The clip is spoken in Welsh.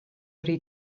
rhy